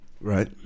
right